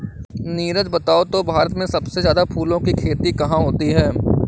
नीरज बताओ तो भारत में सबसे ज्यादा फूलों की खेती कहां होती है?